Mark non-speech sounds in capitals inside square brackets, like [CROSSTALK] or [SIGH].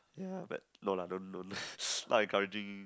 ya but no lah don't don't [LAUGHS] not encouraging